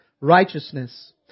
righteousness